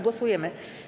Głosujemy.